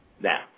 Now